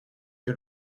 que